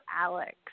Alex